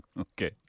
Okay